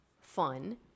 fun